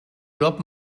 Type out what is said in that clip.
job